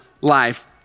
life